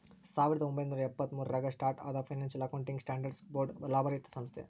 ಸಾವಿರದ ಒಂಬೈನೂರ ಎಪ್ಪತ್ತ್ಮೂರು ರಾಗ ಸ್ಟಾರ್ಟ್ ಆದ ಫೈನಾನ್ಸಿಯಲ್ ಅಕೌಂಟಿಂಗ್ ಸ್ಟ್ಯಾಂಡರ್ಡ್ಸ್ ಬೋರ್ಡ್ ಲಾಭರಹಿತ ಸಂಸ್ಥೆ